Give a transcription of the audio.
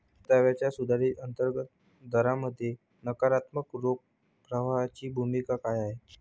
परताव्याच्या सुधारित अंतर्गत दरामध्ये नकारात्मक रोख प्रवाहाची भूमिका काय आहे?